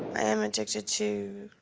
i am addicted to.